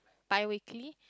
biweekly